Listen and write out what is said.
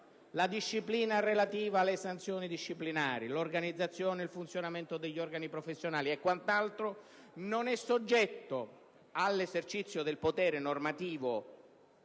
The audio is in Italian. la disciplina relativa alle sanzioni disciplinari, l'organizzazione del funzionamento degli organi professionali e quant'altro, non è soggetta all'esercizio del potere normativo